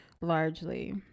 largely